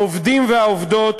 העובדים והעובדות